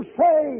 say